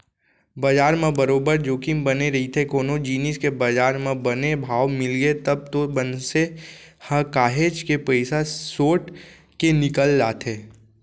बजार म बरोबर जोखिम बने रहिथे कोनो जिनिस के बजार म बने भाव मिलगे तब तो मनसे ह काहेच के पइसा सोट के निकल जाथे